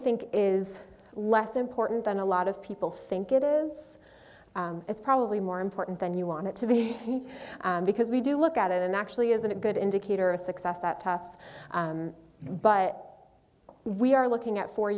think is less important than a lot of people think it is it's probably more important than you want it to be because we do look at it and actually isn't a good indicator of success at tufts but we are looking at four